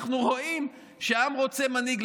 אנחנו רואים שהעם רוצה מנהיג.